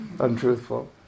untruthful